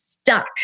stuck